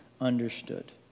understood